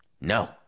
No